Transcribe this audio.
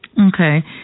Okay